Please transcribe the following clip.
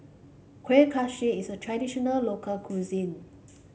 Kueh Kaswi is a traditional local cuisine